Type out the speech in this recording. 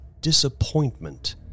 disappointment